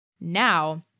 Now